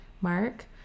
mark